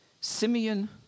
Simeon